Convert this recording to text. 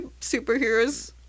superheroes